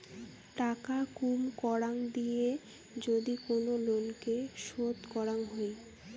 টাকা কুম করাং দিয়ে যদি কোন লোনকে শোধ করাং হই